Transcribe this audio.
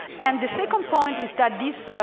and the second point is that this?